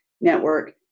Network